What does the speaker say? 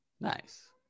nice